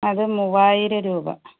അത് മൂവായിരം രൂപ